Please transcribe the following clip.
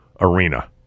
arena